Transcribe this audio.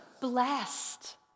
Blessed